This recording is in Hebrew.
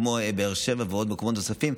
כמו באר שבע ומקומות נוספים,